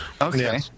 Okay